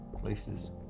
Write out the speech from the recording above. places